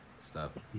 Stop